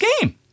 game